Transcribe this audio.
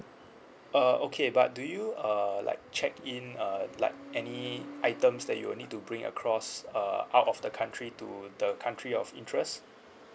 uh okay but do you uh like check in uh like any items that you need to bring across uh out of the country to the country of interest